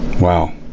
Wow